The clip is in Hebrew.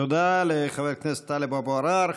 תודה לחבר הכנסת טלב אבו עראר.